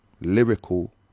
lyrical